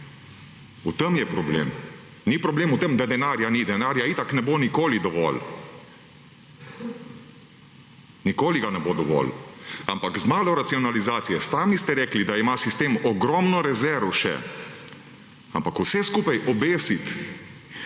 V tem je problem. Ni problem v tem, da denarja ni. Denarja itak ne bo nikoli dovolj. Nikoli ga ne bo dovolj. Ampak z malo racionalizacije, sami ste rekli, da ima sistem ogromno rezerv še. Ampak vse skupaj obesiti